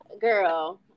Girl